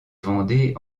vendée